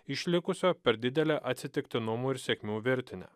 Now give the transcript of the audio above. išlikusio per didelę atsitiktinumų ir sėkmių virtinę